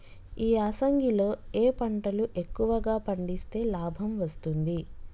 ఈ యాసంగి లో ఏ పంటలు ఎక్కువగా పండిస్తే లాభం వస్తుంది?